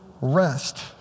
rest